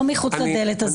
לא מחוץ לדלת הזאת.